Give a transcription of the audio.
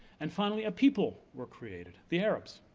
and finally a people were created, the arabs.